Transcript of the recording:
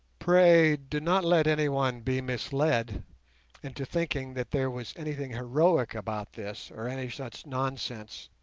pray do not let any one be misled into thinking that there was anything heroic about this, or any such nonsense.